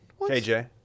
KJ